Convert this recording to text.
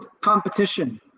competition